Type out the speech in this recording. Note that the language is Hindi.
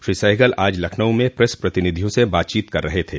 श्री सहगल आज लखनऊ में प्रेस प्रतिनिधियों से बातचीत कर रहे थे